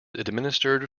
administered